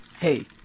hey